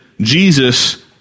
Jesus